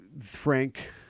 Frank